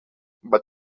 but